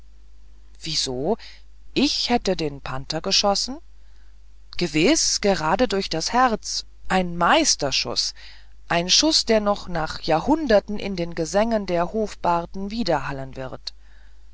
wieso ich hätte den panther geschossen gewiß gerade durch das herz ein meisterschuß ein schuß der noch nach jahrhunderten in den gesängen der hofbarden widerhallen wird